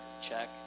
check